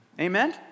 Amen